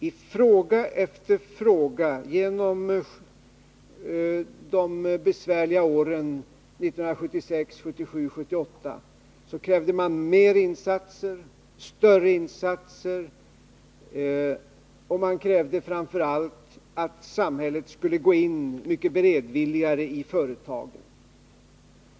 I fråga efter fråga under de besvärliga åren 1976, 1977 och 1978 krävde man mer insatser, större insatser och framför allt att samhället skulle gå in i företagen mycket mera beredvilligt.